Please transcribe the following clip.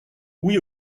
oui